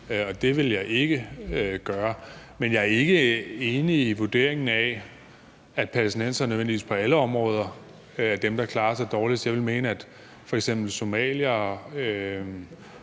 det vil jeg ikke gøre. Men jeg er ikke enig i vurderingen af, at palæstinenserne nødvendigvis på alle områder er dem, der klarer sig dårligst. Jeg vil mene, at f.eks. somaliere